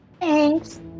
Thanks